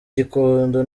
gikondo